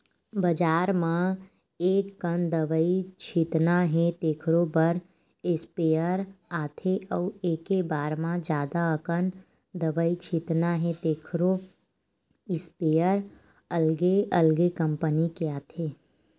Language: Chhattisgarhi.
बजार म एककन दवई छितना हे तेखरो बर स्पेयर आथे अउ एके बार म जादा अकन दवई छितना हे तेखरो इस्पेयर अलगे अलगे कंपनी के आथे